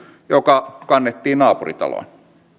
joka kannettiin naapuritaloon